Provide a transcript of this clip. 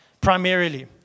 Primarily